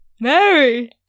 Mary